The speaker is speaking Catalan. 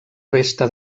resta